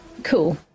cool